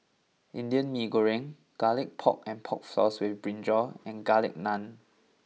Indian Mee Goreng Garlic Pork and Pork Floss with Brinjal and Garlic Naan